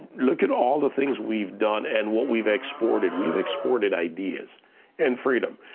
look at all the things we've done and what we've exported. we've exported ideas and freedom.